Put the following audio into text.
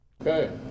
Okay